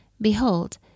Behold